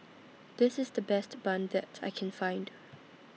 This IS The Best Bun that I Can Find